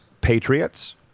Patriots